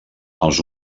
els